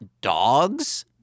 dogs